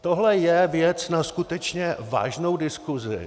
Tohle je věc na skutečně vážnou diskusi.